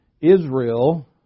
Israel